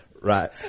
right